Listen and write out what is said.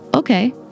Okay